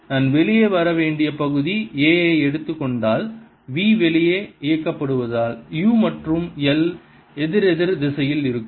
நான் வெளியே வர வேண்டிய பகுதி A ஐ எடுத்துக் கொண்டால் v வெளியே இழுக்கப்படுவதால் u மற்றும் l எதிரெதிர் திசையில் இருக்கும்